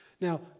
Now